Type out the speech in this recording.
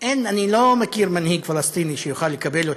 אני לא מכיר מנהיג פלסטיני שיוכל לקבל אותן.